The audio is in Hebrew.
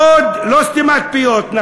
לא סתימת פיות,